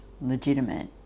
legitimate